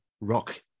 rock